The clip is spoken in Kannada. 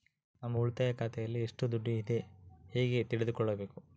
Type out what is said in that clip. ನಮ್ಮ ಉಳಿತಾಯ ಖಾತೆಯಲ್ಲಿ ಎಷ್ಟು ದುಡ್ಡು ಇದೆ ಹೇಗೆ ತಿಳಿದುಕೊಳ್ಳಬೇಕು?